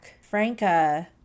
Franca